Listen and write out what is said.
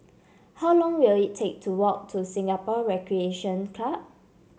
how long will it take to walk to Singapore Recreation Club